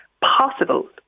possible